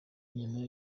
nyuma